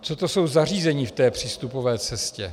Co to jsou zařízení v té přístupové cestě?